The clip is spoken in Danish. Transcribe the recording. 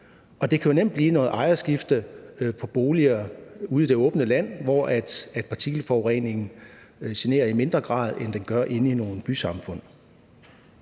Det kan jo nemt blive, når der er ejerskifte på boliger ude i det åbne land, hvor partikelforureningen generer i mindre grad, end den gør i nogle bysamfund.